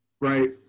right